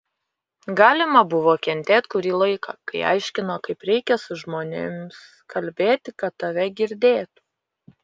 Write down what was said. galima buvo kentėt kurį laiką kai aiškino kaip reikia su žmonėms kalbėti kad tave girdėtų